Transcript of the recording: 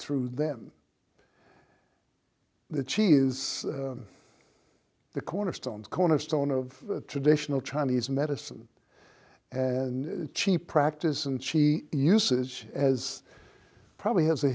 through them the cheese is the cornerstone cornerstone of traditional chinese medicine and cheap practice and she uses as probably has a